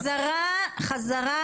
חזרה